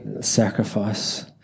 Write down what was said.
sacrifice